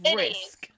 risk